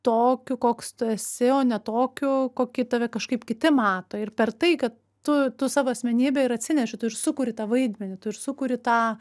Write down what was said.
tokiu koks tu esi o ne tokiu kokį tave kažkaip kiti mato ir per tai ka tu tu savo asmenybę ir atsineši tu ir sukuri tą vaidmenį tu ir sukuri tą